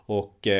och